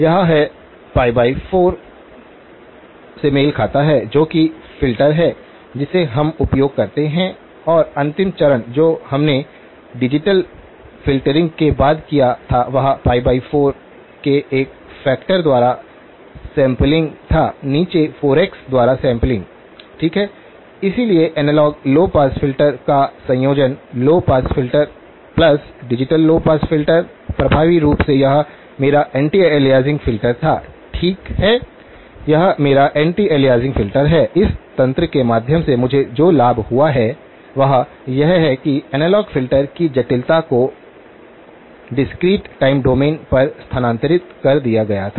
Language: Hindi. ये है यह 4 से मेल खाता है जो कि फ़िल्टर है जिसे हम उपयोग करते हैं और अंतिम चरण जो हमने डिजिटल फ़िल्टरिंग के बाद किया था वह π4 के एक फैक्टर द्वारा सैंपलिंग था नीचे 4x द्वारा सैंपलिंग ठीक है इसलिए एनालॉग लौ पास फ़िल्टर का संयोजन low pass filter plus digital low pass filter प्रभावी रूप से यह मेरा एंटी अलियासिंग फ़िल्टर था ठीक है यह मेरा एंटी अलियासिंग फ़िल्टर है इस तंत्र के माध्यम से मुझे जो लाभ हुआ है वह यह है कि एनालॉग फ़िल्टर की जटिलता को डिस्क्रीट टाइम डोमेन पर स्थानांतरित कर दिया गया था